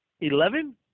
Eleven